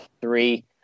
three